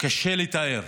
קשה לתאר.